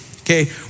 okay